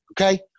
okay